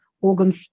organs